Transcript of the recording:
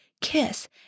kiss